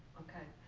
ok,